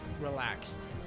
relaxed